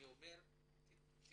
אני אומר שתתמקד,